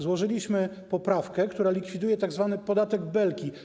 Złożyliśmy poprawkę, która likwiduje tzw. podatek Belki.